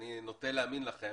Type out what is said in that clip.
ואני נוטה להאמין לכם,